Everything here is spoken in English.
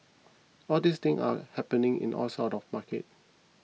all these things are happening in all sorts of market